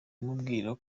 kumubwira